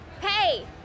Hey